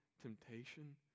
Temptation